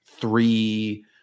three